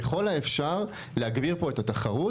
ככל האפשר, להגביר פה את התחרות.